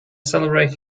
celebrate